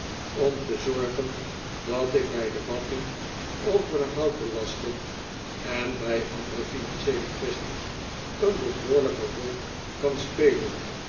om te zorgen dat ik bij debatten over de houtbelasting en bij andere financieele quaesties een behoorlijke rol kan spelen